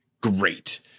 great